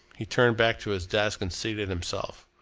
he turned back to his desk and seated himself.